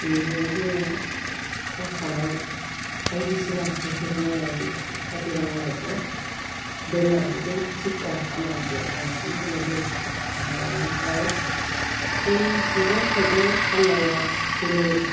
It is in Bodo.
बिनिखायनो जोङो साहा खानाय बायदिसिना हाजिरा मावनायनि हाजिरा मावनायखौ दोननानै जों थिखा खामानिखौ बांसिन मावनाय जायो आर बेनिफ्राय जों मैगं थाइगं फाननाया दिनै